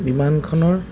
বিমানখনৰ